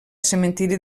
cementiri